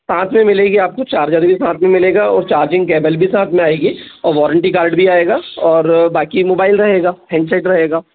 साथ में मिलेगी आपको चार्जर भी साथ में मिलेगा चार्जिंग केबल भी साथ में आएगी और वारंटी कार्ड भी आएगा और बाकी मोबाइल रहेगा हैंडसेट रहेगा